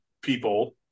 people